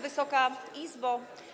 Wysoka Izbo!